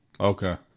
Okay